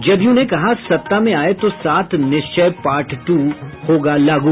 जदयू ने कहा सत्ता में आये तो सात निश्चय पार्ट टू होगा लागू